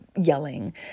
yelling